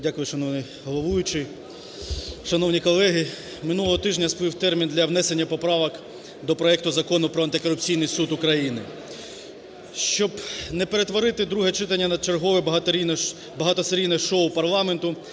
Дякую, шановний головуючий. Шановні колеги! Минулого тижня сплив термін для внесення поправок до проекту Закону про антикорупційний суд України. Щоб не перетворити друге читання на чергове багатосерійне шоу парламенту,